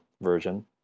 version